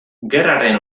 gerraren